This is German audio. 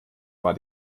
war